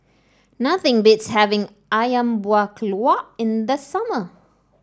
nothing beats having ayam Buah Keluak in the summer